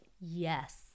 yes